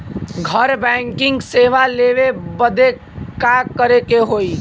घर बैकिंग सेवा लेवे बदे का करे के होई?